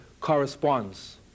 corresponds